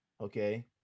Okay